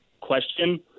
question